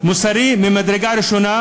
מוסרי ממדרגה ראשונה: